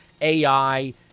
AI